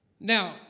Now